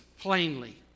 plainly